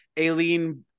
Aileen